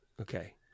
Okay